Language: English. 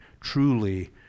truly